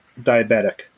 diabetic